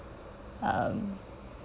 um